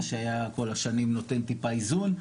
מה שהיה כל השנים נותן טיפה איזון.